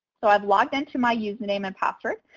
so i've logged into my username and password.